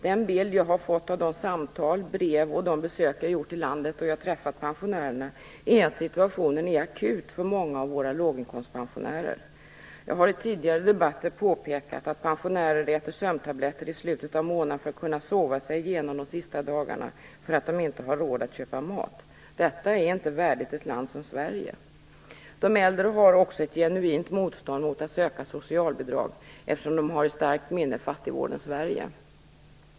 Den bild jag har fått genom samtal och brev och genom besök hos pensionärer i landet är att situationen är akut för många av våra låginkomstpensionärer. Jag har i tidigare debatter påpekat att pensionärer äter sömntabletter i slutet av månaden för att kunna sova sig igenom de sista dagarna, eftersom de inte har råd att köpa mat. Detta är inte värdigt ett land som Sverige. De äldre har också ett genuint motstånd mot att söka socialbidrag, eftersom de har fattigvårdens Sverige i starkt minne.